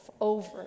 over